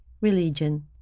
religion